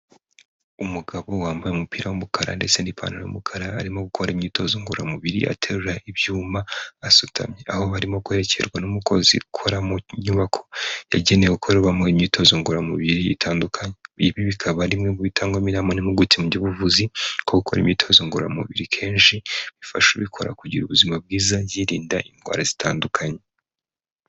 Umugabo wambaye umupira w'umukara ndetse n'ipantaro y'umukara, arimo gukora imyitozo ngororamubiri, aterura ibyuma, asutamye. Aho arimo kwerekerwa n'umukozi ukora mu nyubako yagenewe gukorerwamo imyitozo ngororamubiri itandukanye ibi bikaba ari bimwe mu bitangwamo inama n'impuguke mu by'ubuvuzi, ko gukora imyitozo ngororamubiri kenshi bifasha ubikora kugira ubuzima bwiza, yirinda indwara zitandukanye.